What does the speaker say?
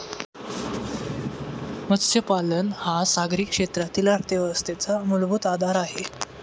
मत्स्यपालन हा सागरी क्षेत्रातील अर्थव्यवस्थेचा मूलभूत आधार आहे